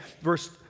verse